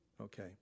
okay